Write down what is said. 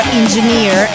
engineer